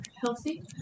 healthy